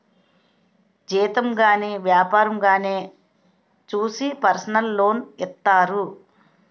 జీతం గాని వ్యాపారంగానే చూసి పర్సనల్ లోన్ ఇత్తారు